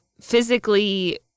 physically